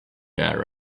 air